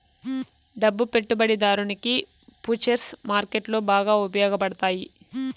డబ్బు పెట్టుబడిదారునికి ఫుచర్స్ మార్కెట్లో బాగా ఉపయోగపడతాయి